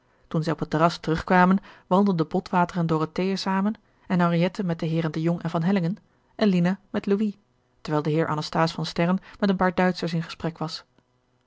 toen zij op het terras terugkwamen wandelden botwater en dorothea zamen en henriette rimini met de heeren de jong en van hellingen en lina met louis terwijl de heer anasthase van sterren met een paar duitschers in gesprek was